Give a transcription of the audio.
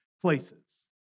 places